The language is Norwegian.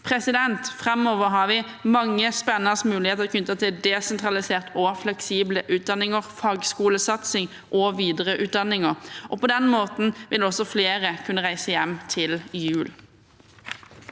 kvalifisert. Framover har vi mange spennende muligheter knyttet til desentraliserte og fleksible utdanninger, fagskolesatsing og videreutdanninger. På denne måten vil også flere kunne reise hjem til jul.